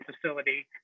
facility